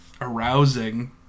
arousing